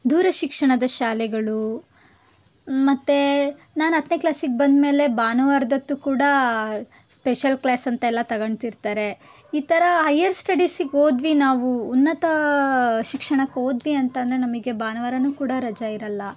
ದೂರ ಶಿಕ್ಷಣದ ಶಾಲೆಗಳು ಮತ್ತು ನಾನು ಹತ್ತನೇ ಕ್ಲಾಸಿಗೆ ಬಂದಮೇಲೆ ಭಾನುವಾರದೊತ್ತು ಕೂಡ ಸ್ಪೆಷಲ್ ಕ್ಲಾಸ್ ಅಂತೆಲ್ಲ ತಗೊಂಡ್ತಿರ್ತಾರೆ ಈ ಥರ ಹೈಯರ್ ಸ್ಟಡೀಸಿಗೆ ಹೋದ್ವಿ ನಾವು ಉನ್ನತ ಶಿಕ್ಷಣಕ್ಕೆ ಹೋದ್ವಿ ಅಂತಾನೆ ನಮಗೆ ಭಾನುವಾರನೂ ಕೂಡ ರಜೆ ಇರೋಲ್ಲ